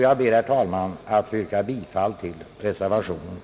Jag ber, herr talman, att få yrka bifall till reservationen.